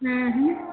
हूँ हूँ